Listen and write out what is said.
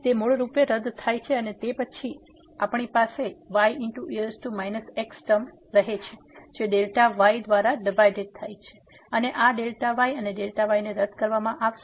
તેથી તે મૂળરૂપે રદ થાય છે અને તે પછી અમારી પાસે y e x ટર્મ છે જે y દ્વારા ડિવાઈડેડ થાય છે અને આ y અને y રદ કરવામાં આવશે